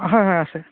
হয় হয় আছে